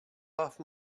off